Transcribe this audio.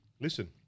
listen